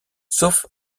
sauf